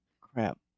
Crap